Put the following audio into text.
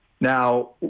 Now